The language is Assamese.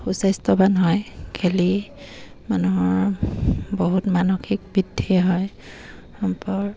সুস্বাস্থ্যৱান হয় খেলি মানুহৰ বহুত মানসিক বৃদ্ধি হয় সম্পৰ্ক